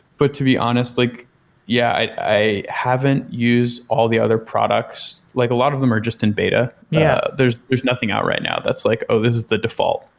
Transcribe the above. but to be honest, like yeah, i haven't use all the other products. like a lot of them are just in beta. yeah there's there's nothing out right now that's like, oh, this is the default.